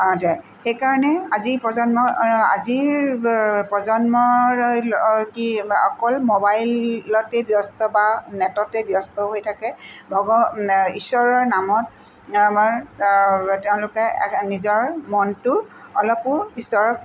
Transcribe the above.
সেইকাৰণে আজিৰ প্ৰজন্মই আজিৰ প্ৰজন্মৰ কি অকল ম'বাইলতে ব্যস্ত বা নেটতে ব্যস্ত হৈ থাকে ভগ ঈশ্বৰৰ নামত তেওঁলোকে নিজৰ মনটো অলপো ঈশ্বৰক